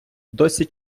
досі